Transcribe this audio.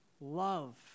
love